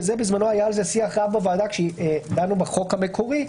ובזמנו היה על זה שיח רב בוועדה כשבאנו עם החוק המקורי,